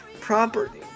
property